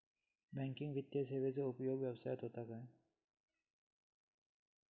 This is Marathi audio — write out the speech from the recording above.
बँकिंग वित्तीय सेवाचो उपयोग व्यवसायात होता काय?